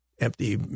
empty